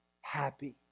happy